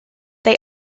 they